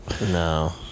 No